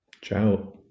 Ciao